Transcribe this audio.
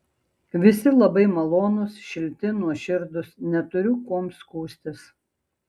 visi labai malonūs šilti nuoširdūs neturiu kuom skųstis